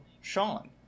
Sean